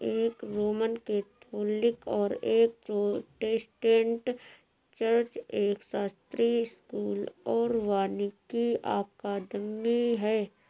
एक Roman Catholic और एक प्रोटेस्टेंट चर्च, एक शास्त्रीय स्कूल और वानिकी अकादमी है